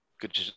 Good